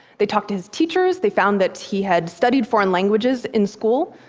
they talked to his teachers, they found that he had studied foreign languages in school,